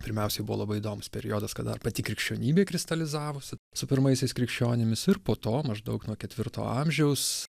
pirmiausiai buvo labai įdomus periodas kad dar pati krikščionybė kristalizavosi su pirmaisiais krikščionimis ir po to maždaug nuo ketvirto amžiaus